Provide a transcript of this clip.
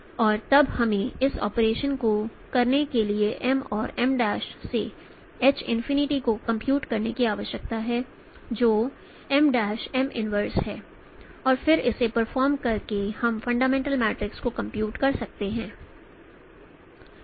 और तब हमें इस ऑपरेशन को करने के लिए M और M' से H इनफिनिटी को कंप्यूट करने की आवश्यकता है जो MM 1 है और फिर इसे परफॉर्म करके हम फंडामेंटल मैट्रिक्स को कंप्यूट कर सकते हैं